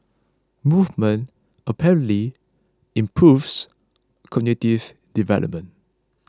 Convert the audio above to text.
movement apparently improves cognitives development